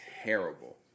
terrible